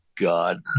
god